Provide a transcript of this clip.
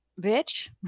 bitch